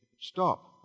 stop